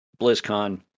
BlizzCon